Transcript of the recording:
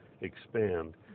expand